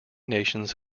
nations